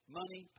money